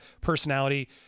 personality